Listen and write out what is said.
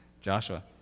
Joshua